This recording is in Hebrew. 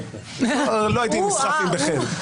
לא הייתי נסחף עם בחן.